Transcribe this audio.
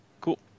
Cool